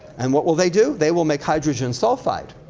and what will they do? they will make hydrogen sulfide.